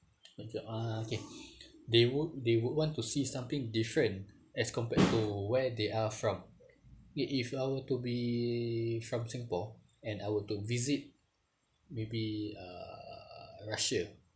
okay uh okay they would they would want to see something different as compared to where they are from if if I were to be from singapore and I were to visit maybe uh russia